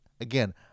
again